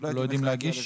לא יודעים איך